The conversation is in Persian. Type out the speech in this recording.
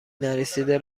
نرسیده